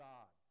God